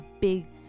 big